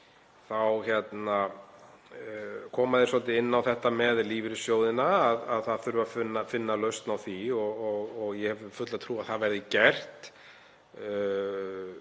svolítið inn á þetta með lífeyrissjóðina, að það þurfi að finna lausn á því og ég hef fulla trú á að það verði gert.